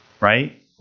Right